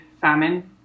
famine